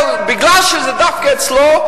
בגלל שזה דווקא אצלו,